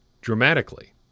dramatically